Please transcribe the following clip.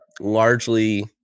largely